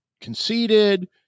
conceded